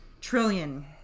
trillion